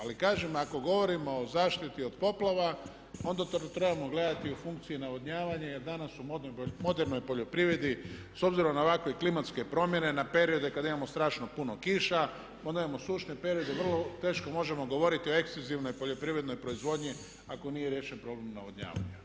Ali kažem ako govorimo o zaštiti od poplava onda to trebamo gledati u funkciji navodnjavanja jer danas u modernoj poljoprivredi s obzirom na ovakve klimatske promjene na periode kod imamo strašno puno kiša, onda imamo sušne periode, vrlo teško možemo govoriti o ekstenzivnoj poljoprivrednoj proizvodnji ako nije riješen problem navodnjavanja.